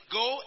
go